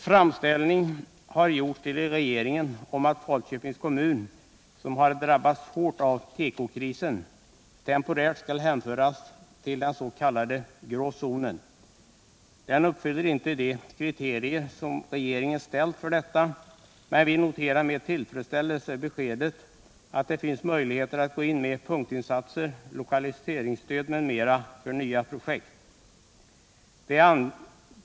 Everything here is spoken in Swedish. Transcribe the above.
Framställning har gjorts till regeringen om att Falköpings kommun, som har drabbats hårt av tekokrisen, temporärt skall hänföras till den s.k. grå zonen. Den uppfyller inte de kriterier som regeringen ställt upp för detta, men vi noterar med tillfredsställelse beskedet att det finns möjligheter att gå in med punktinsatser, lokaliseringsstöd m.m. för nya projekt.